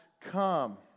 come